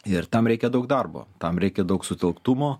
ir tam reikia daug darbo tam reikia daug sutelktumo